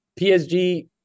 PSG